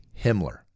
Himmler